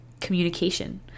communication